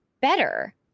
better